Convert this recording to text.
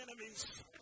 enemies